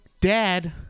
dad